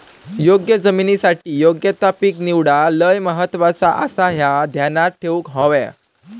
योग्य जमिनीसाठी योग्य ता पीक निवडणा लय महत्वाचा आसाह्या ध्यानात ठेवूक हव्या